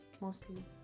mostly